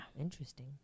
Interesting